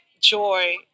joy